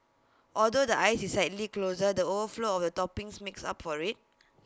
although the ice is slightly coarser the overflow of toppings makes up for IT